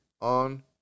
on